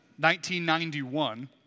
1991